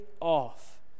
off